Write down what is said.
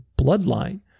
bloodline